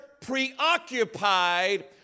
preoccupied